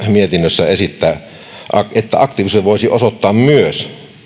mietinnössä esitetään että aktiivisuuden voisi osoittaa myös